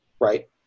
right